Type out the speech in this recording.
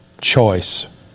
choice